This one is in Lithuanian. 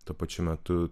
tuo pačiu metu